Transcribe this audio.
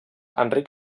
enric